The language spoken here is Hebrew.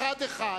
אחת-אחת,